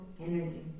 energy